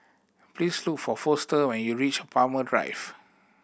please look for Foster when you reach Farrer Drive